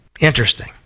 interesting